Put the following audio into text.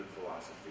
philosophy